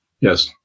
Yes